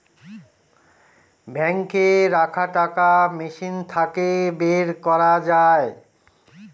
বাঙ্কে রাখা টাকা মেশিন থাকে বের করা যায়